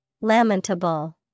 Lamentable